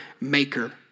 maker